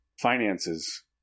Finances